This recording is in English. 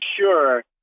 sure